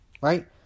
right